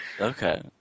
Okay